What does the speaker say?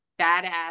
badass